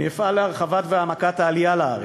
אפעל להרחבת והעמקת העלייה לארץ,